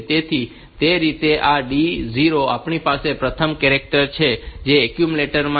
તેથી તે રીતે આ D0 આપણી પાસે પ્રથમ કેરેક્ટર છે જે એક્યુમ્યુલેટર માં છે